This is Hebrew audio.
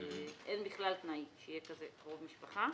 אין בכלל תנאי שיהיה כזה קרוב משפחה.